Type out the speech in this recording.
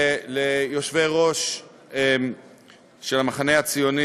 וליושבי-הראש של המחנה הציוני,